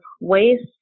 waste